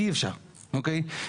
אי אפשר, אוקיי?